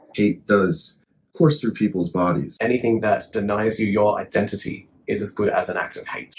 hate does course through people's bodies. anything that denies you your identity is as good as an act of hate.